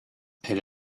elle